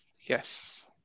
yes